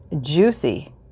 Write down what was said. juicy